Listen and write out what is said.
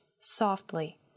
softly